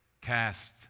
cast